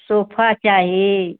sofa चाही